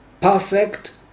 perfect